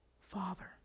father